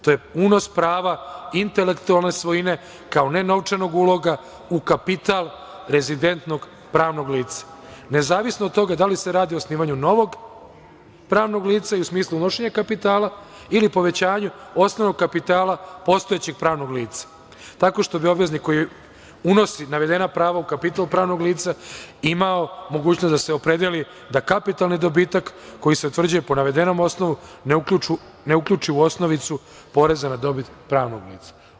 To je unos prava intelektualne svojine kao nenovčanog uloga u kapital rezidentnog pravnog lica, nezavisno od toga da li se radi o osnivanju novog pravnog lica i u smislu unošenja kapitala ili povećanju osnovnog kapitala postojećeg pravnog lica, tako što bi obveznik koji unosi navedena prava u kapital pravnog lica imao mogućnost da se opredeli da kapitalni dobitak, koji se utvrđuje po navedenom osnovu, ne uključi u osnovicu poreza na dobit pravnog lica.